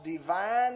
divine